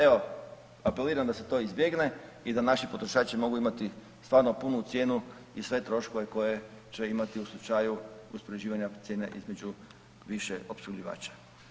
Evo, apeliram da se to izbjegne i da naši potrošači mogu imati stvarno punu cijenu i sve troškove koje će imati u slučaju uspoređivanja cijene između više opskrbljivača.